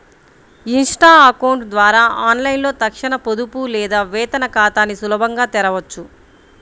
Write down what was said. Insta account ద్వారా ఆన్లైన్లో తక్షణ పొదుపు లేదా వేతన ఖాతాని సులభంగా తెరవొచ్చు